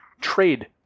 trade